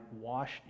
wash